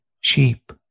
sheep